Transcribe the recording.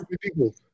people